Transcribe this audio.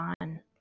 on